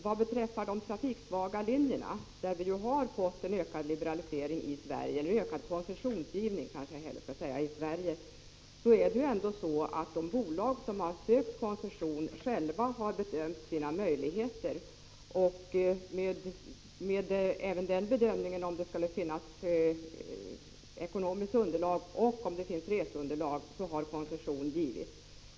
Vad beträffar de trafiksvaga linjerna, för vilka vi fått en ökad koncessionsgivning i Sverige, förhåller det sig ändå så att de bolag som har sökt koncession själva har bedömt sina möjligheter att hävda sig. Om bedömningen har visat att det finns ett tillräckligt ekonomiskt underlag och ett tillräckligt reseunderlag har koncession givits.